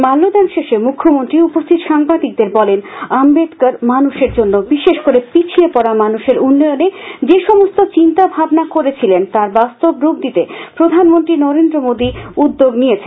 মাল্যদান শেষে মুখ্যমন্ত্রী উপস্থিত সাংবাদিকদের বলেন আম্বেদকর মানুষের জন্য বিশেষ করে পিছিয়ে পডা মানুষের উন্নয়নে যে সমস্ত চিন্তা ভাবনা করেছিলেন তার রাস্তার রূপ দিতে প্রধানমন্ত্রী নরেন্দ্র মোদী উদ্যোগ নিয়েছেন